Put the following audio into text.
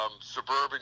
suburban